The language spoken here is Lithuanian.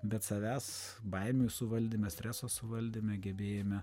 bet savęs baimių suvaldyme streso su valdyme gebėjime